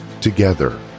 Together